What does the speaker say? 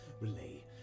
relay